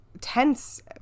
tense